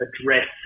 address